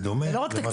בדומה למה שיש בדרום.